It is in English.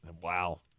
Wow